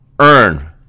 earn